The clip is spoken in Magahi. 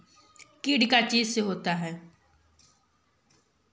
कीड़ा का चीज से होता है?